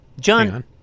John